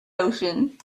ocean